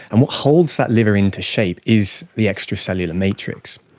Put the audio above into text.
and what holes that liver into shape is the extracellular matrix.